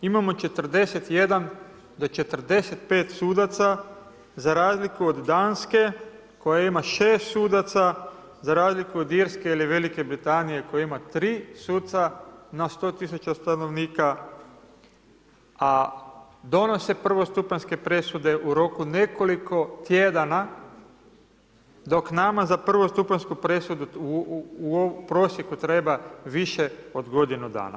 Imamo 41, do 45 sudaca za razliku od Danske koja ima 6 sudaca, za razliku od Irske ili Velike Britanije koja ima 3 suca na 100 tisuća stanovnika, a donose prvostupanjske presude u roku nekoliko tjedana dok nama za prvostupanjsku presudu u prosjeku treba više od godinu dana.